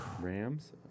Rams